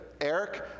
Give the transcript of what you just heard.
Eric